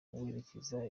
werekeza